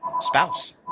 spouse